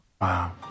Wow